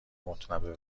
متنوع